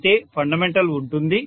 అయితే ఫండమెంటల్ ఉంటుంది